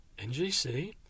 NGC